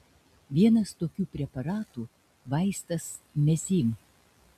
vienas tokių preparatų vaistas mezym